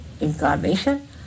incarnation